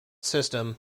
system